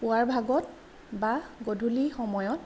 পুৱাৰ ভাগত বা গধূলি সময়ত